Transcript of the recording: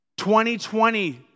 2020